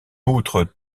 outre